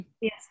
Yes